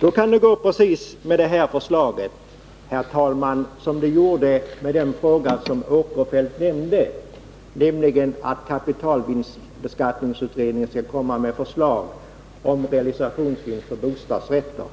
Då kan det gå med detta förslag, herr talman, precis som det gjorde med den fråga som herr Åkerfeldt nämnde, nämligen spörsmålet om skatt på realisationsvinster på bostadsrätter, något som kapitalvinstbeskattningsutredningen skall lägga fram förslag om. Det är något som också